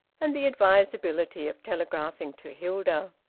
and the advisability of telegraphing to hilda.